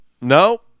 No